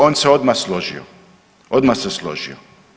On se odmah složio, odmah se složio.